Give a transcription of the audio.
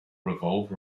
revolve